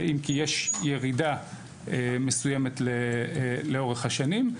אם כי יש ירידה מסוימת לאורך השנים.